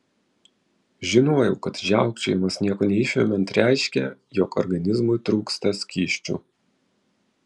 žinojau kad žiaukčiojimas nieko neišvemiant reiškia jog organizmui trūksta skysčių